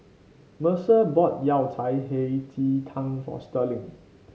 Mercer bought Yao Cai Hei Ji Tang for Sterling